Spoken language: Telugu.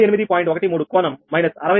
13 కోణం మైనస్ 63